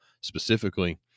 specifically